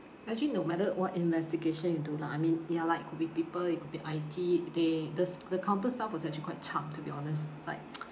actually no matter what investigation you do lah I mean ya lah it could be people it could be I_T they the s~ the counter staff was actually quite cham to be honest like